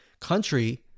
country